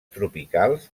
tropicals